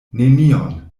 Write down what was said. nenion